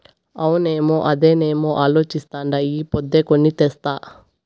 అవునమ్మో, అదేనేమో అలోచిస్తాండా ఈ పొద్దే కొని తెస్తా